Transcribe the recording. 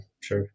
sure